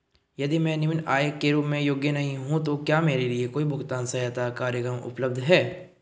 यदि मैं निम्न आय के रूप में योग्य नहीं हूँ तो क्या मेरे लिए कोई भुगतान सहायता कार्यक्रम उपलब्ध है?